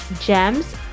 GEMS